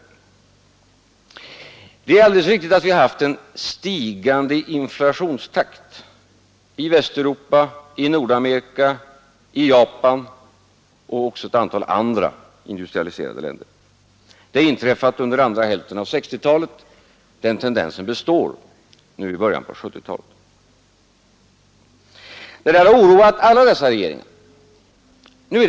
Det är alldeles riktigt att man har haft en stigande inflationstakt i Västeuropa, i Nordamerika, i Japan och också i ett antal andra industrialiserade länder. Det har inträffat under andra hälften av 1960-talet. Den tendensen består nu i början på 1970-talet. Detta har oroat alla dessa länders regeringar.